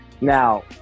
Now